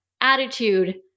attitude